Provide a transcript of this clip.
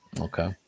Okay